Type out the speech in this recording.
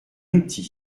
outil